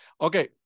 Okay